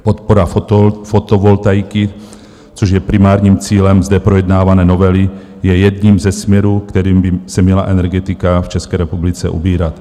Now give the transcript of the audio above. Podpora fotovoltaiky, což je primárním cílem zde projednávané novely, je jedním ze směrů, kterým by se měla energetika v České republice ubírat.